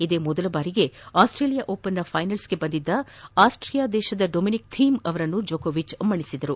ಇದೇ ಮೊದಲ ಬಾರಿಗೆ ಆಸ್ಸೇಲಿಯಾ ಓಪನ್ನ ಫೈನಲ್ಸ್ಗೆ ಬಂದಿದ್ದ ಆಸ್ಸಿಯಾದ ಡೊಮೆನಿಕ್ ಥಿಮ್ ಅವರನ್ನು ಜೋಕೋವಿಚ್ ಮಣಿಸಿದ್ದಾರೆ